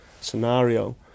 scenario